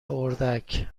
اردک